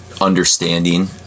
understanding